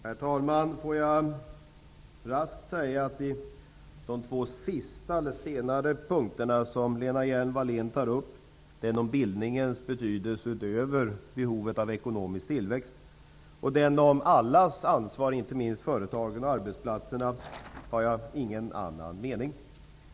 Herr talman! Låt mig raskt säga att i fråga om de två senare punkterna som Lena Hjelm-Wallén tar upp, den om bildningens betydelse utöver behovet av ekonomisk tillväxt och den om allas ansvar, inte minst företagens och arbetsplatsernas, har jag ingen annan mening.